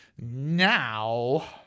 Now